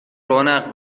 رونق